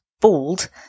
bald